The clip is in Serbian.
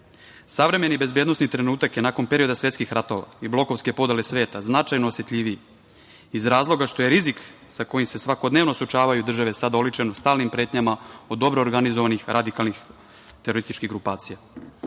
terorizam. Savremeni bezbednosni trenutak je nakon perioda svetskih ratova i blokovske podele sveta značajno osetljiviji iz razloga što je rizik sa kojim se svakodnevno suočavaju države sada oličen stalnim pretnjama od dobro organizovanih radikalnih terorističkih grupacija. Dakle,